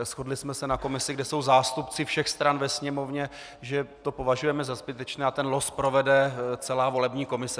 Shodli jsme se na komisi, kde jsou zástupci všech stran ve Sněmovně, že to považujeme za zbytečné a ten los provede celá volební komise.